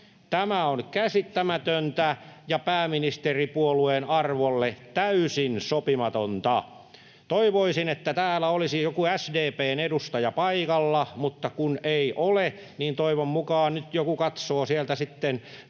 Tämä on käsittämätöntä ja pääministeripuolueen arvolle täysin sopimatonta. Toivoisin, että täällä olisi joku SDP:n edustaja paikalla, mutta kun ei ole, niin toivon mukaan nyt joku katsoo sieltä tv:n